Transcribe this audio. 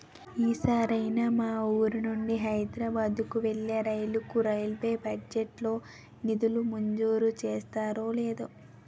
ఈ సారైనా మా వూరు నుండి హైదరబాద్ కు వెళ్ళే రైలుకు రైల్వే బడ్జెట్ లో నిధులు మంజూరు చేస్తారో లేదో